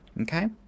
okay